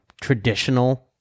traditional